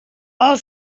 all